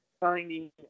finding